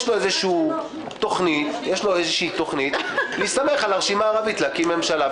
יש לו תכנית להסתמך על הרשימה הערבית להקים ממשלה,